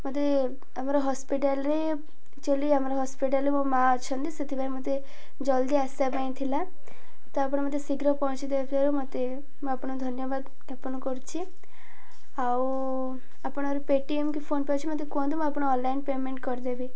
ମତେ ଆମର ହସ୍ପିଟାଲରେ ଆକ୍ଚୁଆଲି ଆମର ହସ୍ପିଟାଲରେ ମୋ ମା ଅଛନ୍ତି ସେଥିପାଇଁ ମୋତେ ଜଲ୍ଦି ଆସିବା ପାଇଁ ଥିଲା ତ ଆପଣ ମୋତେ ଶୀଘ୍ର ପହଞ୍ଚିଦେଇଥିବାରୁ ମୋତେ ମୁଁ ଆପଣଙ୍କୁ ଧନ୍ୟବାଦ ଜ୍ଞାପନ କରୁଛି ଆଉ ଆପଣର ପେଟିଏମ୍ କି ଫୋନ ପେ ଅଛି ମୋତେ କୁହନ୍ତୁ ମୁଁ ଆପଣ ଅନଲାଇନ୍ ପେମେଣ୍ଟ କରିଦେବି